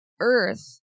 earth